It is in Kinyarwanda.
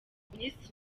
minisitiri